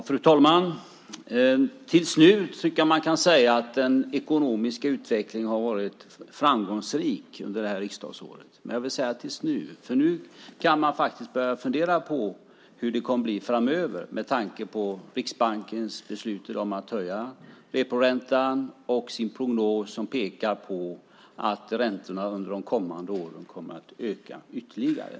Fru talman! Fram tills nu har den ekonomiska utvecklingen varit framgångsrik under riksdagsåret. Men jag vill säga tills nu. Nu kan man faktiskt fundera på hur det kommer att bli framöver med tanke på Riksbankens beslut i dag om att höja reporäntan och prognosen som pekar på att räntorna under de kommande åren kommer att öka ytterligare.